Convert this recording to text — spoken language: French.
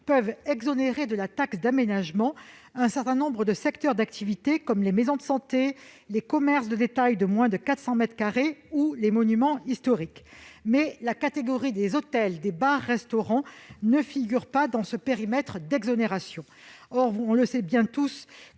peuvent exonérer de la taxe d'aménagement un certain nombre de secteurs d'activité comme les maisons de santé, les commerces de détail de moins de 400 mètres carrés ou les monuments historiques. La catégorie des hôtels, bars et restaurants ne figure pas dans ce périmètre d'exonérations. Or ces activités